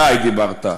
עלי דיברת,